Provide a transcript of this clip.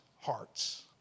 hearts